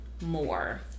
more